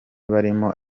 barimo